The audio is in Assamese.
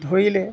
ধৰিলে